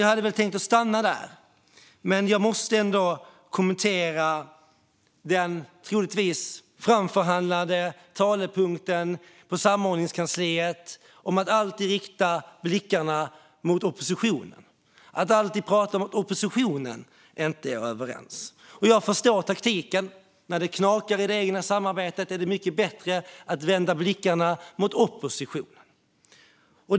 Jag hade tänkt stanna där, men jag måste ändå kommentera den troligtvis framförhandlade talepunkten på samordningskansliet om att alltid rikta blickarna mot oppositionen och att alltid prata om att oppositionen inte är överens. Jag förstår taktiken. När det knakar i det egna samarbetet är det mycket bättre att vända blickarna mot oppositionen.